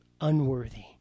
unworthy